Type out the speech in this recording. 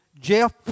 Jeff